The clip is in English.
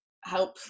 help